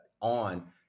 on